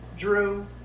Drew